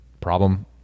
problem